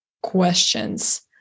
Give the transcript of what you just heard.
questions